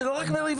זה לא רק מריבה,